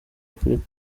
afurika